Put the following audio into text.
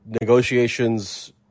negotiations